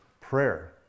prayer